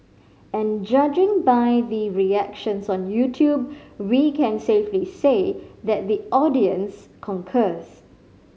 and judging by the reactions on YouTube we can safely say that the audience concurs